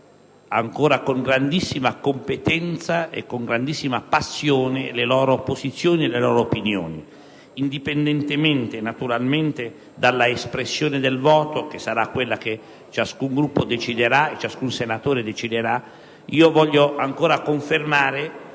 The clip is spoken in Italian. ancora con grandissima competenza e con grandissima passione, le loro posizioni e le loro opinioni, indipendentemente, naturalmente, dall'espressione del voto, che sarà quella che ciascun Gruppo e ciascun senatore deciderà. Voglio ancora confermare